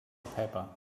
paper